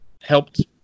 helped